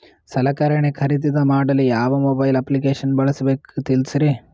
ಸಲಕರಣೆ ಖರದಿದ ಮಾಡಲು ಯಾವ ಮೊಬೈಲ್ ಅಪ್ಲಿಕೇಶನ್ ಬಳಸಬೇಕ ತಿಲ್ಸರಿ?